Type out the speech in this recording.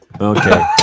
okay